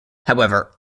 however